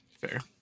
Fair